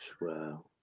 Wow